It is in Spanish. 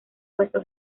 puesto